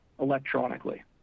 electronically